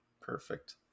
Perfect